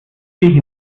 die